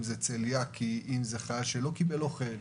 אם זה חיל שלא קיבל אוכל,